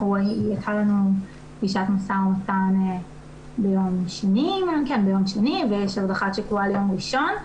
הייתה לנו פגישת משא ומתן ביום שני ויש עוד אחת שקבועה ליום ראשון.